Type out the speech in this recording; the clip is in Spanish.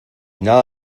nada